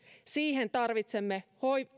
siihen tarvitsemme